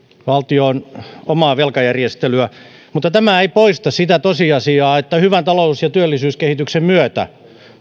valtion omaa velkajärjestelyä mutta tämä ei poista sitä tosiasiaa että hyvän talous ja työllisyyskehityksen myötä